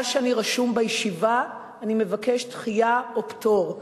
שאני רשום בישיבה אני מבקש דחייה או פטור.